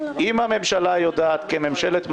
הממשלה יודעת, כממשלת מעבר,